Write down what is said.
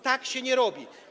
Tak się nie robi.